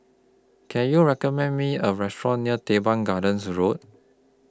Can YOU recommend Me A Restaurant near Teban Gardens Road